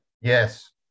Yes